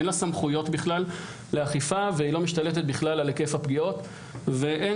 אין לה סמכויות בכלל לאכיפה והיא לא משתלטת בכלל על היקף הפגיעות ואין